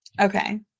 Okay